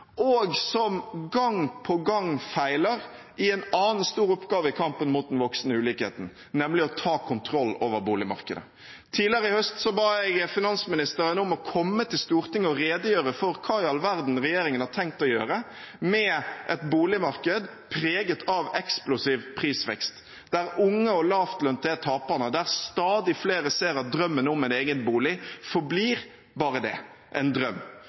og som gang på gang feiler i en annen stor oppgave i kampen mot den voksende ulikheten, nemlig å ta kontroll over boligmarkedet. Tidligere i høst ba jeg finansministeren om å komme til Stortinget og redegjøre for hva i all verden regjeringen har tenkt å gjøre med et boligmarked preget av eksplosiv prisvekst, der unge og lavtlønte er taperne, og der stadig flere ser at drømmen om en egen bolig forblir en drøm,